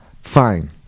Fine